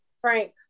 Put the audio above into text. Frank